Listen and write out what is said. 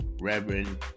Reverend